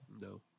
no